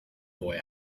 boy